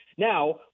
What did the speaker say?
Now